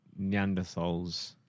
Neanderthals